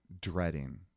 dreading